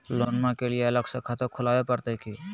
लोनमा के लिए अलग से खाता खुवाबे प्रतय की?